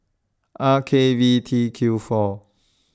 R K V T Q four